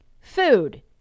food